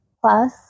Plus